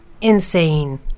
Insane